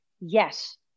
yes